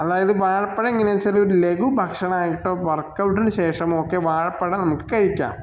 അതായത് വാഴപ്പഴം എങ്ങനെയാണ് വച്ചാൽ ലഘു ഭക്ഷണമായിട്ടോ വർക്ക് ഔട്ടിന് ശേഷമോ ഒക്കെ വാഴപ്പഴം നമുക്ക് കഴിക്കാം